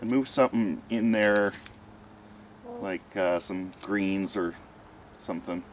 and move something in there like some greens or something